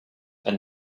and